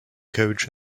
coach